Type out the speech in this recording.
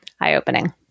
eye-opening